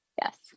yes